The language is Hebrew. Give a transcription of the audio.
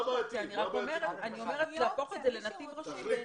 אני אומרת שלהפוך את זה לנתיב ראשי, זה בעייתי.